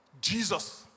Jesus